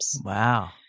Wow